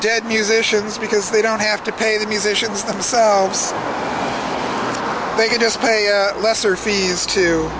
dead musicians because they don't have to pay the musicians themselves they can just pay a lesser fees to